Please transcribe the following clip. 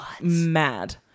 mad